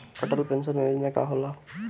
Atal pension योजना का होला?